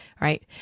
right